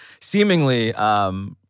seemingly